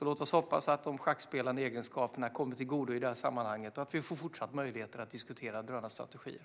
Låt oss hoppas att de schackspelande egenskaperna kommer oss till godo i det här sammanhanget och att vi får fortsatta möjligheter att diskutera drönarstrategier.